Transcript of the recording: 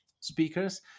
speakers